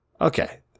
okay